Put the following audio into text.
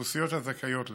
לאוכלוסיות הזכאיות לכך,